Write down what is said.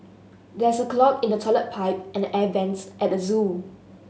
there is a clog in the toilet pipe and the air vents at the zoo